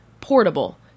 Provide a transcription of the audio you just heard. portable